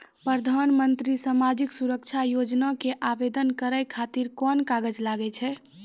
प्रधानमंत्री समाजिक सुरक्षा योजना के आवेदन करै खातिर कोन कागज लागै छै?